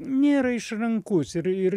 nėra išrankus ir ir